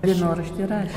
dienoraštyje rašė